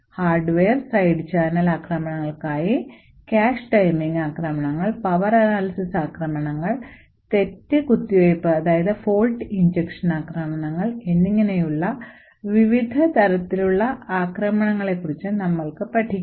hardware side channel ആക്രമണങ്ങൾക്കായി cache timing ആക്രമണങ്ങൾ power analysis ആക്രമണം തെറ്റ് കുത്തിവയ്പ്പ് ആക്രമണങ്ങൾ എന്നിങ്ങനെയുള്ള വിവിധ തരത്തിലുള്ള ആക്രമണങ്ങളെക്കുറിച്ച് നമ്മൾക്ക് പഠിക്കാം